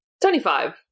Twenty-five